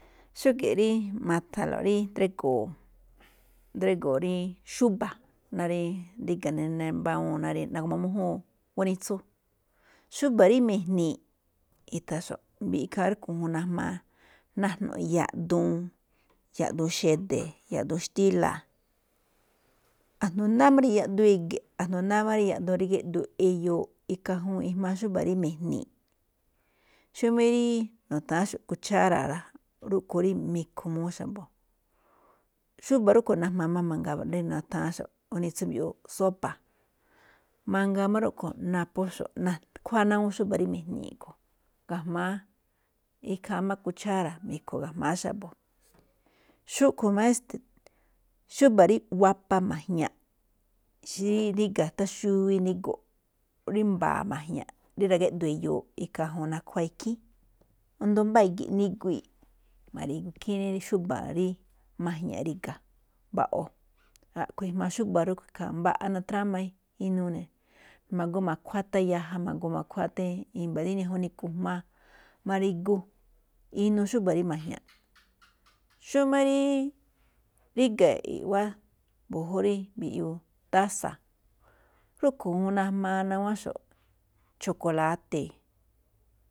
Xúge̱ꞌ rí ma̱tha̱lo̱ꞌ rí drígo̱o̱, drígo̱o̱ rí xúba̱, ná rí ríga̱ na̱gu̱ma mújúun gunitsu, xúba̱ rí mi̱jne̱e̱ꞌ, i̱tha̱nxo̱ꞌ ikhaa rúꞌkhue̱n najmaa, najnu̱ꞌ yaꞌduun, yaꞌduun xede̱, yaꞌduun xtíla̱, asndo náá máꞌ yaꞌduun i̱gi̱ꞌ, asndo náá máꞌ yaꞌduun rí géꞌdoo eyoo, ikhaa juun ijmaa xúba̱ rí mi̱jne̱e̱ꞌ. Xómáꞌ rí nu̱tha̱án xo̱ꞌ kuchára̱ rá, rúꞌkhue̱n rí mi̱kho̱ muu xa̱bo̱. Xúba̱ rúꞌkhue̱n najmaa máꞌ mangaa rí nu̱tha̱ánxo̱ꞌ gunitsu rí mbiꞌyuu sopa̱, mangaa máꞌ rúꞌkhue̱n naphóxo̱ꞌ, nakhuáa ná awúun xúba̱ rí mi̱jne̱e̱ a̱ꞌkhue̱n, ga̱jma̱á ikhaa máꞌ kuchára̱, me̱kho̱ ga̱jma̱á xa̱bo̱. Xúꞌkhue̱n máꞌ xúba̱ rí wapa ma̱jña̱ꞌ, xí ríga̱ tháan xuwi nigo̱ꞌ rí mba̱a̱ ma̱jña̱ꞌ rí ra̱geꞌdoo eyoo, ikhaa ñajuun nakhuáa ikhíin, asndo mbáa i̱gi̱ nigui̱i̱, ma̱ri̱gu ikhín inuu xúba̱ rí ma̱jña̱ꞌ ri̱ga̱, mba̱ꞌo̱. A̱ꞌkhue̱n ijmaa xúba̱ rúꞌkhue̱n ikhaa, mbaꞌa natrama inuu ne̱, ma̱goo ma̱khuáa tháan yaja, ma̱goo ma̱khuáa tháan i̱mba̱ dí ñajuun nikujmaa, ma̱ri̱gu inuu xúba̱ rí ma̱jña̱ꞌ. xómá rí ríga̱ i̱ꞌwá mbu̱júꞌ rí mbiꞌyuu tása̱, rúꞌkhue̱n juun najmaa nawánxo̱ꞌ chokoláte̱.